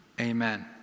amen